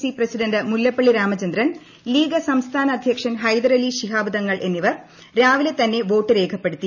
C president Mullappally Ramachandran league സംസ്ഥാന അധ്യക്ഷൻ ഹൈദരലി ശിഹാബ് തങ്ങൾ എന്നിവർ രാവിലെ തന്നെ വോട്ട് രേഖപ്പെടുത്തി